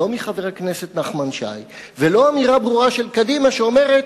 לא מחבר הכנסת נחמן שי ולא אמירה ברורה של קדימה שאומרת: